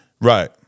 Right